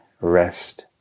rest